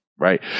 Right